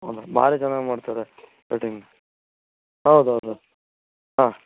ಹೌದ ಬಾರೀ ಚೆನ್ನಾಗಿ ಮಾಡ್ತಾರೆ ಕಟಿಂಗ್ ಹೌದು ಹೌದು ಹಾಂ